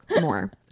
more